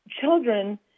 children